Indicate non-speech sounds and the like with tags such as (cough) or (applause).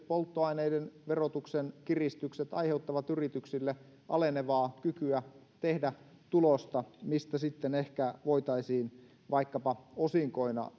(unintelligible) polttoaineiden verotuksen kiristykset aiheuttavat yrityksille alenevaa kykyä tehdä tulosta mistä sitten ehkä voitaisiin vaikkapa osinkoina (unintelligible)